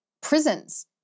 prisons